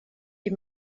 die